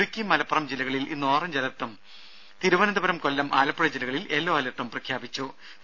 ഇടുക്കി മലപ്പുറം ജില്ലകളിൽ ഇന്ന് ഓറഞ്ച് അലർട്ടും തിരുവനന്തപുരം കൊല്ലം ആലപ്പുഴ ജില്ലകളിൽ യെല്ലോ അലർട്ടും പ്രഖ്യാപിച്ചിട്ടുണ്ട്